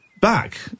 back